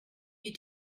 you